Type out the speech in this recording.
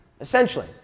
essentially